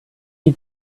you